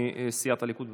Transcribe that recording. מסיעת הליכוד.